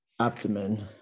abdomen